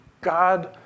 God